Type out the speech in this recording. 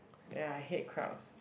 ya I hate crowds